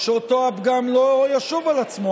שאותו הפגם לא יחזור על עצמו,